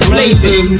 Blazing